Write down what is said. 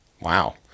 Wow